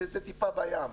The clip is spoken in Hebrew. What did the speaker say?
זה טיפה בים.